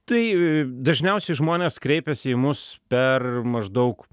tai dažniausiai žmonės kreipiasi į mus per maždaug